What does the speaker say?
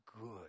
good